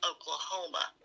Oklahoma